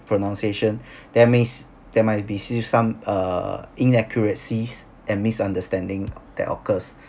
pronunciation they may there might be still some err inaccuracy and misunderstanding that occurs